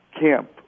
camp